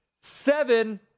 seven